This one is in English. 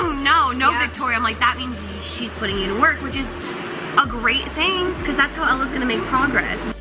no. no victoria. i'm like that means she's putting you to work, which is a great thing, because that's how ella's gonna make make progress.